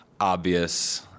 obvious